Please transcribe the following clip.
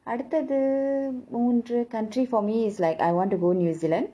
அடுத்தது மூன்று:aduthathu mundru country for me is like I want to go new zealand